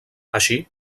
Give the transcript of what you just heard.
així